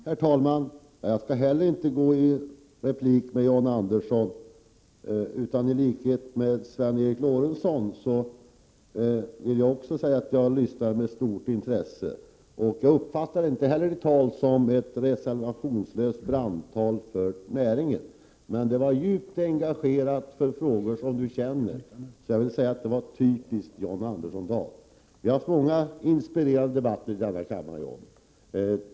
Herr talman! Jag skall inte heller gå i replik med John Andersson. I likhet med Sven Eric Lorentzon vill jag säga att jag har lyssnat på John Andersson med stort intresse. Jag uppfattade inte hans anförande som ett reservationslöst brandtal för näringen, men det var djupt engagerat i de frågor som John Andersson känner så varmt för. Det var ett typiskt John Andersson-tal. Vi har haft många inspirerande debatter i denna kammare med John Andersson.